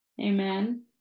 Amen